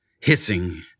hissing